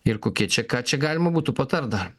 ir kokia čia ką čia galima būtų patart dar